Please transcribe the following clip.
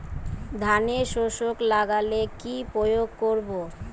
ধানের শোষক লাগলে কি প্রয়োগ করব?